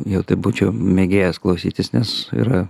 jau taip būčiau mėgėjas klausytis nes yra